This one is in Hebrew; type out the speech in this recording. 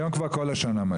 היום כבר כל השנה מלא.